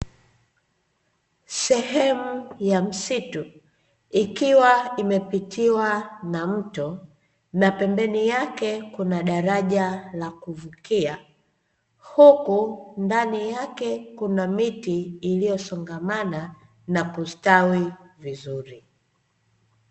Sehemu ya msitu, ikiwa imepitiwa na mto na pembeni yake kuna daraja la kuvukia, huku ndani yake kuna miti iliyosongamana na kustawi vizuri.